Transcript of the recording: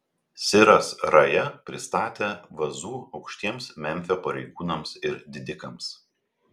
siras raja pristatė vazų aukštiems memfio pareigūnams ir didikams